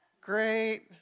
Great